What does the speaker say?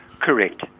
Correct